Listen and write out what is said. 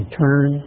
turn